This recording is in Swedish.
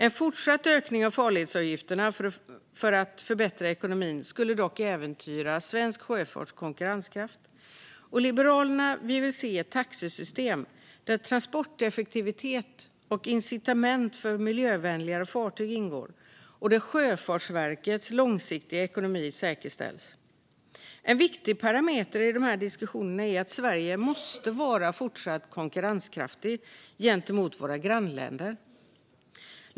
En fortsatt ökning av farledsavgifterna för att förbättra ekonomin skulle dock äventyra svensk sjöfarts konkurrenskraft. Liberalerna vill se ett taxesystem där transporteffektivitet och incitament för miljövänligare fartyg ingår och där Sjöfartsverkets långsiktiga ekonomi säkerställs. En viktig parameter i de diskussionerna är att Sverige måste vara fortsatt konkurrenskraftigt gentemot sina grannländer.